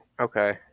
Okay